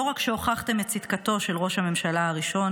לא רק שהוכחתם את צדקתו של ראש הממשלה הראשון,